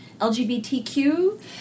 LGBTQ